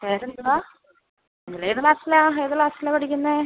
പേരെന്തുവാണ് ഏത് ക്ലാസ്ലാ ഏത് ക്ലാസ്ലാ പഠിക്കുന്നത്